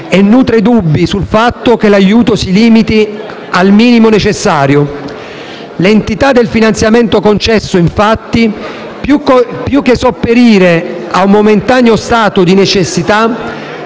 e nutre dubbi sul fatto che l'aiuto si limiti al minimo necessario. L'entità del finanziamento concesso, infatti, più che sopperire a un momentaneo stato di necessità,